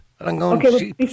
Okay